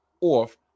off